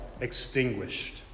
extinguished